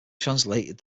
translated